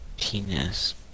penis